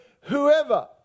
whoever